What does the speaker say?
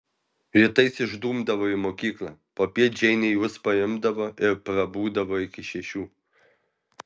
rytais išdumdavo į mokyklą popiet džeinė juos paimdavo ir prabūdavo iki šešių